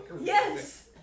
Yes